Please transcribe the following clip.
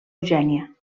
eugènia